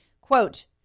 quote